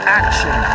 action